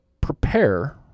prepare